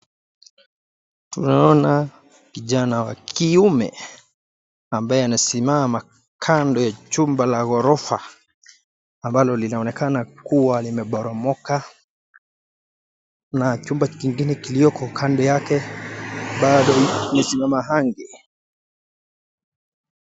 Tunaona kijana wa kiume ambaye anasimama kando ya jumba la ghorofa ambalo linaonekana kuwa limeporomoka na jumba kingine kilioko kando yake bado imesimama ange.